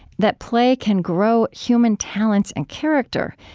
that play can grow human talents and character,